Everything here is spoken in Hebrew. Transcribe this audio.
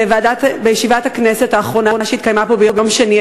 בישיבת הכנסת שהתקיימה פה ביום שני,